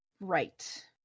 Right